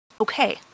okay